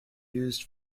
used